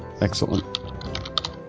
Excellent